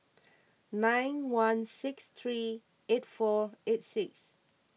nine one six three eight four eight six